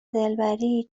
دلبری